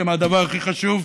הן הדבר הכי חשוב,